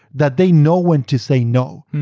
that they know when to say no.